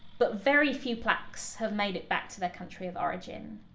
but very few plaques have made it back to their country of origin.